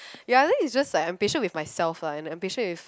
ya the thing it's just like I'm impatient with myself and I'm impatient with